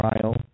trial